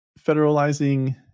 federalizing